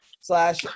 slash